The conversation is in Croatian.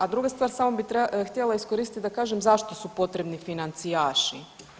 A druga stvar samo bih htjela iskoristiti da kažem zašto su potrebni financijaši.